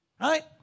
right